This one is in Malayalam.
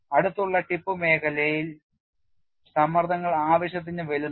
അടുത്തുള്ള ടിപ്പ് മേഖലയിൽ സമ്മർദ്ദങ്ങൾ ആവശ്യത്തിന് വലുതാണ്